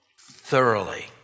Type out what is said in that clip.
Thoroughly